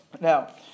Now